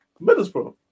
Middlesbrough